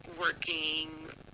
working